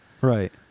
Right